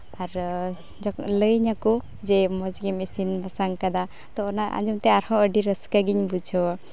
ᱟᱨ ᱞᱟᱹᱭ ᱤᱧᱟ ᱠᱚ ᱡᱮ ᱢᱚᱡᱽ ᱜᱮᱢ ᱤᱥᱤᱱ ᱵᱟᱥᱟᱝ ᱟᱠᱟᱫᱟ ᱛᱳ ᱚᱱᱟ ᱟᱸᱡᱚᱢ ᱛᱮ ᱟᱨᱦᱚᱸ ᱟᱹᱰᱤ ᱨᱟᱹᱥᱠᱟᱹ ᱜᱤᱧ ᱵᱩᱡᱷᱟᱹᱣᱟ